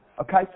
okay